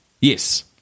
Yes